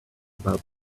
about